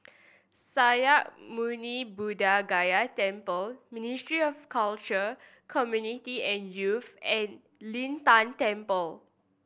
Sakya Muni Buddha Gaya Temple Ministry of Culture Community and Youth and Lin Tan Temple